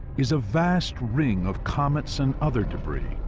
is a vast ring of comets and other debris,